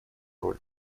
роль